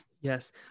Yes